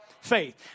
Faith